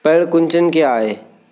पर्ण कुंचन क्या है?